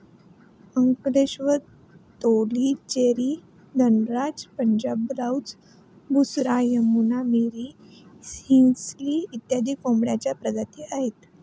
Ankleshwar, Tellicherry, Dhanraja, Punjab brown, Busra, Yamuna, Miri, Hansli इत्यादी कोंबड्यांच्या प्रजाती आहेत